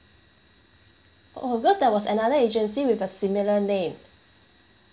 oh because there was another agency with a similar name